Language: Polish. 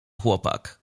chłopak